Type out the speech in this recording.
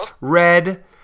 red